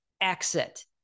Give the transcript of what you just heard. exit